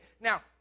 Now